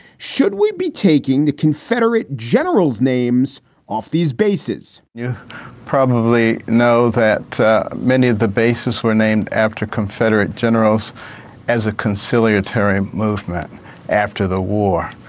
should we be taking the confederate generals names off these bases? you probably know that many of the basis were named after confederate generals as a conciliatory movement after the war.